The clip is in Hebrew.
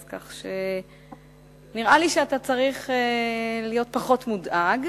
כך שנראה לי שאתה צריך להיות פחות מודאג.